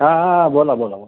हां हां हां बोला बोला बोला